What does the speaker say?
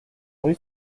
rue